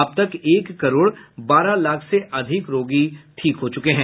अब तक एक करोड बारह लाख से अधिक रोगी ठीक हो चुके हैं